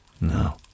No